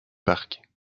parc